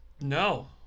No